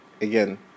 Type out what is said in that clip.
Again